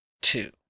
two